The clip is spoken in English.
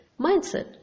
mindset